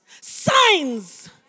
signs